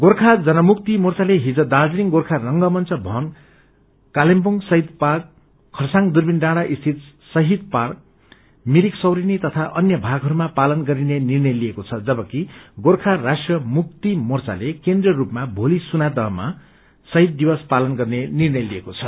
गोखा जनमुक्ति मोर्चाले हिज दार्जीलिङ गोर्खा रंगमंच भवन कालेबुङ शक्षेद पार्क खरसाङ दुर्विन डाँडा स्थित शहीद पार्क मिरिक सौरेनी तथा अन्य भागहरूमा पालन गरिने निर्णय लिएको छ जबकि गोर्खा राष्ट्रीय मुक्ति मोर्चाले केन्द्रीय रूपमा भोलि सुनादहमा शहीद दिवस पालन गर्ने निर्णय लिएको छ